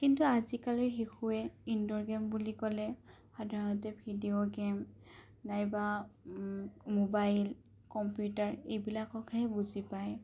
কিন্তু আজিকালিৰ শিশুৱে ইন'ডৰ গেম বুলি ক'লে সাধাৰণতে ভিডিঅ' গেম নাইবা মোবাইল কম্পিউটাৰ এইবিলাককহে বুজি পায়